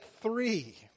three